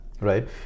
right